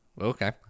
Okay